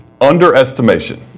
underestimation